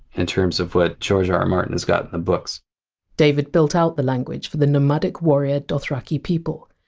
in terms of what george r r. martin has got in the books david built out the language for the nomadic warrior dothraki people.